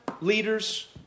leaders